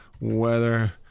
weather